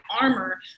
armor